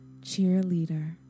cheerleader